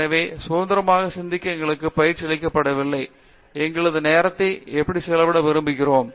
எனவே சுதந்திரமாக சிந்திக்க எங்களுக்கு பயிற்சி அளிக்கப்படவில்லை எங்களது நேரத்தை எப்படி செலவிட விரும்புகிறோம்